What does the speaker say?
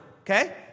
okay